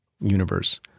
universe